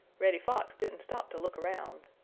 reddy fox didn't stop to look around.